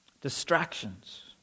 Distractions